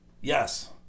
Yes